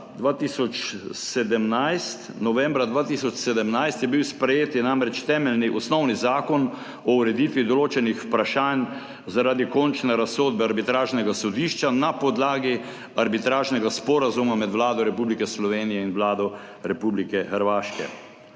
Novembra 2017 je bil namreč sprejet temeljni, osnovni Zakon o ureditvi določenih vprašanj zaradi končne razsodbe arbitražnega sodišča na podlagi Arbitražnega sporazuma med Vlado Republike Slovenije in Vlado Republike Hrvaške.